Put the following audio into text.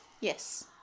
Yes